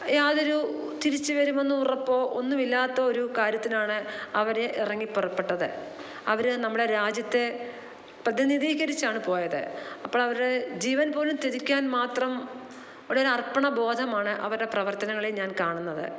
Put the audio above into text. യാതൊരു തിരിച്ചു വരുമെന്ന ഉറപ്പോ ഒന്നുമില്ലാത്ത ഒരു കാര്യത്തിനാണ് അവർ ഇറങ്ങി പുറപ്പെട്ടത് അവർ നമ്മളുടെ രാജ്യത്തെ പ്രതിനിധീകരിച്ചാണ് പോയത് അപ്പോഴവർ ജീവൻ പോലും ത്യജിക്കാൻ മാത്രം ഉള്ളൊരു അർപ്പണ ബോധമാണ് അവരുടെ പ്രവർത്തനങ്ങളിൽ ഞാൻ കാണുന്നത്